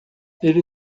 ele